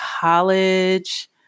college